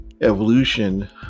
evolution